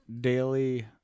daily